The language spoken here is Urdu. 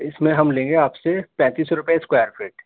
اس میں ہم لیں گے آپ سے پینتیس روپے اسکوائر فیٹ